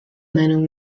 meinung